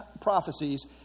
prophecies